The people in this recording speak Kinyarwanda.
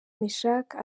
mechack